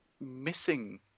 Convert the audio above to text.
missing